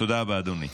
תודה רבה, אדוני.